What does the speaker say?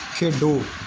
ਖੇਡੋ